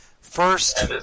First